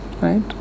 Right